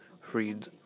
freed